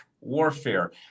warfare